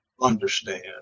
understand